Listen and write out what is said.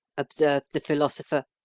observed the philosopher.